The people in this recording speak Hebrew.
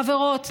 חברות,